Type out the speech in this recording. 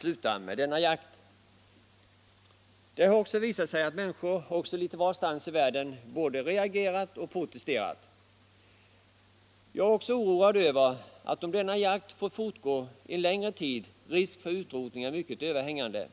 sluta upp med denna jakt. Det har också visat sig att människor litet varstans i världen har både reagerat och protesterat. Jag är oroad över att risken för utrotning är mycket överhängande, om denna jakt får fortgå en längre tid.